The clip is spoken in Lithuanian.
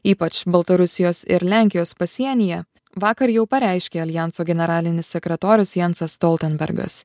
ypač baltarusijos ir lenkijos pasienyje vakar jau pareiškė aljanso generalinis sekretorius jansas stoltenbergas